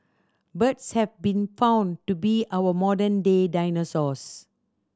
birds have been found to be our modern day dinosaurs